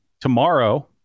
tomorrow